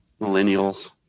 millennials